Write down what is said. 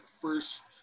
first